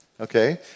Okay